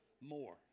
more